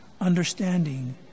understanding